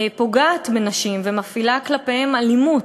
פוגע בנשים ומפעיל כלפיהן אלימות.